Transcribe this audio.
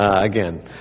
again